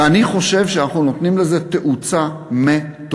ואני חושב שאנחנו נותנים לזה תאוצה מטורפת.